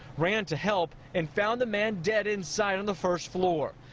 ran to help, and found the man dead inside on the first floor.